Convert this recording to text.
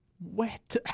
wet